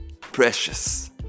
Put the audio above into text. precious